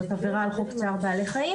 זאת עבירה על חוק צער בעלי חיים